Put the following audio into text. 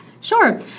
Sure